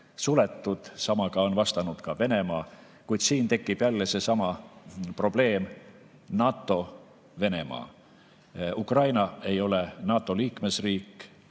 Samaga on vastanud ka Venemaa. Kuid siin tekib jälle seesama probleem: NATO – Venemaa. Ukraina ei ole NATO liikmesriik.